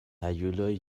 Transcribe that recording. هیولایی